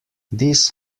this